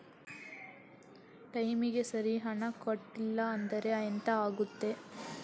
ಟೈಮಿಗೆ ಸರಿ ಹಣ ಕಟ್ಟಲಿಲ್ಲ ಅಂದ್ರೆ ಎಂಥ ಆಗುತ್ತೆ?